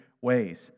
ways